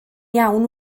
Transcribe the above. iawn